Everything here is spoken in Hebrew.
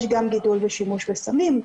יש גם גידול בשימוש בסמים.